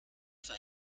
für